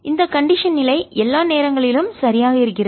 இந்த கண்டிஷன் நிலை எல்லா நேரங்களிலும் சரியாக இருக்கிறது